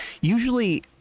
Usually